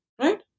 right